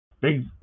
Big